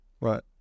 Right